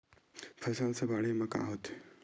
फसल से बाढ़े म का होथे?